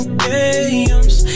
games